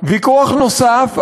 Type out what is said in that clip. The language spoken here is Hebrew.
ויכוח נוסף,